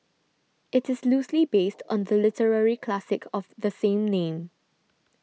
it is loosely based on the literary classic of the same name